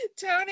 Tony